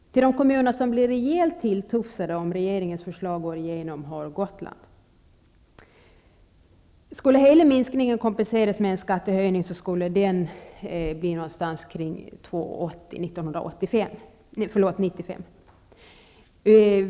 Till de kommuner som blir rejält tilltufsade, om regeringens förslag går igenom, hör Gotland. Skulle hela minskningen kompenseras med en skattehöjning, skulle den bli någonting kring 2:80 år 1995.